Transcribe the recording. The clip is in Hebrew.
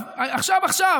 עכשיו,